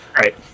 Right